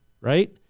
right